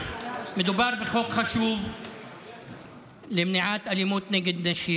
מדובר בחוק חשוב למניעת אלימות נגד נשים.